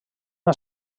una